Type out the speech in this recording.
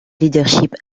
leadership